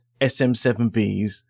SM7Bs